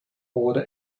order